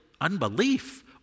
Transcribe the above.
unbelief